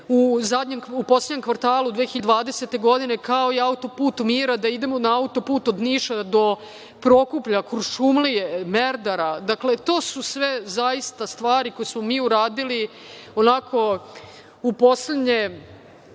u poslednjem kvartalu 2020. godine, kao i autoput mira, da idemo na autoput Niša do Prokuplja, Kuršumlije, Merdara. Dakle, to su sve zaista stvari koje smo mi uradili onako u poslednje,